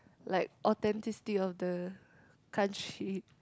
like authenticity of the country